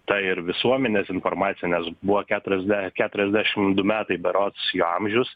tą ir visuomenės informacinės buvo keturiasde keturiasdešimt du metai berods jo amžius